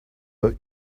but